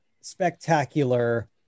spectacular